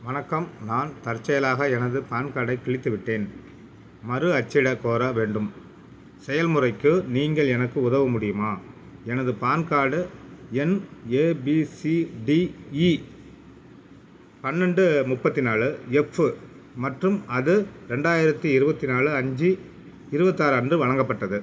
வணக்கம் நான் தற்செயலாக எனது பான் கார்டைக் கிழித்துவிட்டேன் மறு அச்சிடக் கோர வேண்டும் செயல்முறைக்கு நீங்கள் எனக்கு உதவ முடியுமா எனது பான் கார்டு எண் ஏபிசிடிஈ பன்னெண்டு முப்பத்தி நாலு எஃப்பு மற்றும் அது ரெண்டாயிரத்தி இருபத்தி நாலு அஞ்சு இருபத்தாறு அன்று வழங்கப்பட்டது